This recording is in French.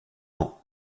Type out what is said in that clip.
ans